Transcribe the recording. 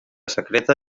secreta